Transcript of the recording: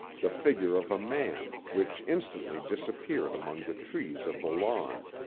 the figure of a man, which instantly disappeared among the trees of the lawn.